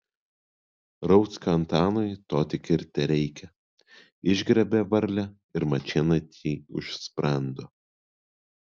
rauckio antanui to tik ir tereikia išgriebia varlę ir mačėnaitei už sprando